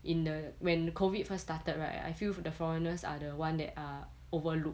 in the when COVID first started right I feel the foreigners are the ones that are overlooked